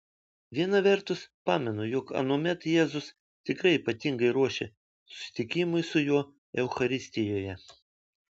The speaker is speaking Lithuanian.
viena vertus pamenu jog anuomet jėzus tikrai ypatingai ruošė susitikimui su juo eucharistijoje